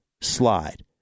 slide